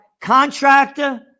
Contractor